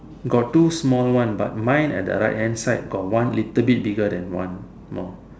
got two small one but mine at the right hand side got one little bit bigger than one more